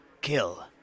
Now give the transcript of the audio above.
kill